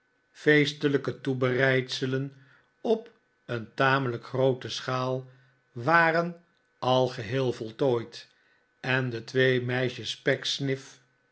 feestelijke toebereidselen op een tamelijk groote schaal waren al geheel voltooid en de twee meisjes